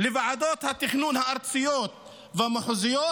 לוועדות התכנון הארציות והמחוזיות,